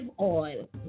oil